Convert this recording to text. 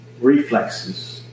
reflexes